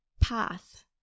path